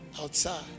outside